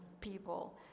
people